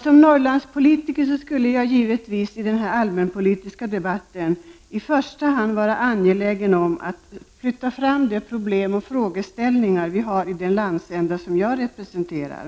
Som Norrlandspolitiker skulle jag givetvis i denna allmänpolitiska debatt i första hand vara angelägen om att lyfta fram de problem och frågeställningar vi har i den landsända som jag representerar.